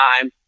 time